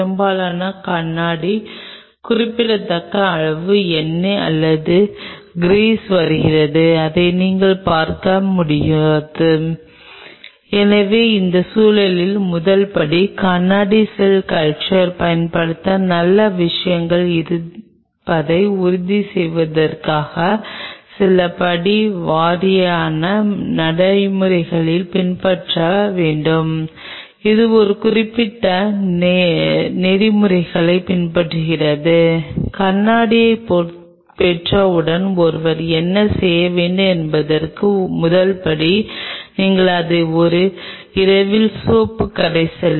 நீங்கள் கவனிப்பது என்னவென்றால் திக்னஸ் அதிகரித்துள்ளது திக்னஸ் அதிகரித்துள்ளது பின்னர் 2 அம்சங்கள் உள்ளன கொலாஜனின் இந்த தனிப்பட்ட மூலக்கூறுகளுக்கு இடையிலான இடைவெளி என்னவாக இருக்கும் என்பது முதல் அம்சமாகும்